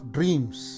Dreams